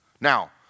Now